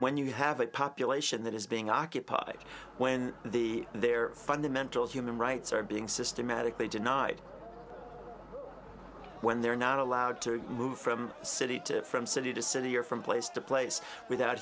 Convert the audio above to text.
when you have a population that is being occupied when the their fundamental human rights are being systematically denied when they're not allowed to move from city to from city to city or from place to place without a